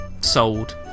sold